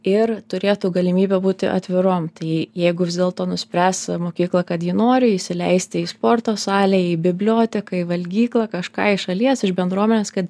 ir turėtų galimybę būti atvirom tai jeigu vis dėlto nuspręs mokykla kad ji nori įsileisti į sporto salę į biblioteką į valgyklą kažką šalies iš bendruomenės kad